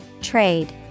Trade